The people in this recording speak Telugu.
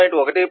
1